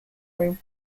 room